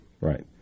right